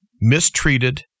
mistreated